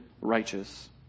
righteous